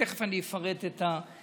תכף אני אפרט את הדברים,